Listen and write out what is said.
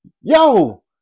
Yo